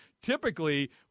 typically